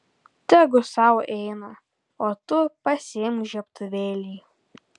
tegu sau eina o tu pasiimk žiebtuvėlį